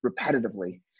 repetitively